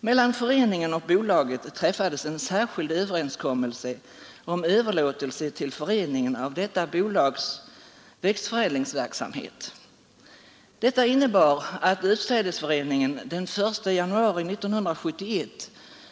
Mellan föreningen och bolaget träffades en särskild överenskommelse om överlåtelse till föreningen av detta bolags växtförädlingsverksamhet. Överenskommelsen innebär att utsädesföreningen den 1 januari 1971